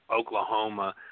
Oklahoma